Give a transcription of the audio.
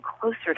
closer